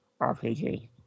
RPG